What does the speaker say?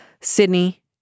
Sydney